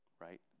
right